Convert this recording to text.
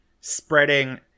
spreading